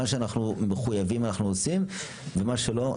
מה שאנחנו מחויבים אנחנו עושים ומה שלא,